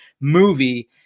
movie